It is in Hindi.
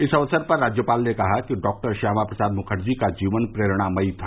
इस अवसर पर राज्यपाल ने कहा कि डॉक्टर श्यामा प्रसाद मुखर्जी का जीवन प्रेरणामयी था